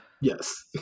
Yes